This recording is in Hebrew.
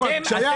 סליחה,